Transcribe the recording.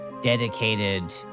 dedicated